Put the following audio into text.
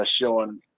showing